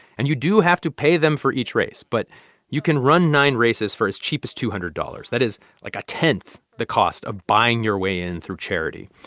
and you do have to pay them for each race, but you can run nine races for as cheap as two hundred dollars. that is, like, a tenth the cost of buying your way in through charity.